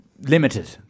limited